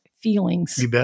feelings